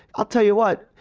i'll tell you what,